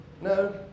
No